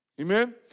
Amen